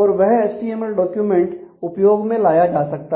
और वह HTML document उपयोग में लाया जा सकता है